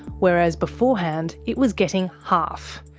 whereas beforehand it was getting half.